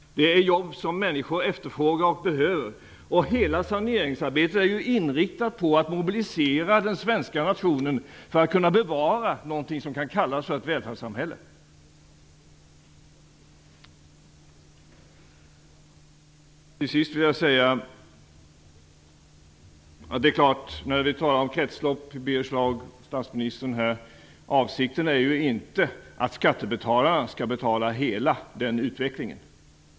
Det är jobb som människor efterfrågar och behöver. Hela saneringsarbetet är inriktat på att mobilisera den svenska nationen för att kunna bevara något som kan kallas för ett välfärdssamhälle. När statsministern här talar om kretslopp, Birger Schlaug, är avsikten inte den att skattebetalarna skall betala hela utvecklingen.